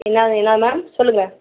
என்னாங்க என்ன மேம் சொல்லுங்கள்